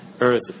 earth